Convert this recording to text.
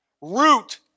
Root